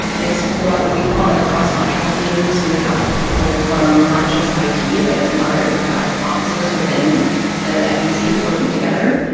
it's what we call a cross-functional team. so we have people from not just i t, but from other offices within the fec working together.